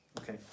Okay